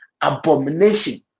abomination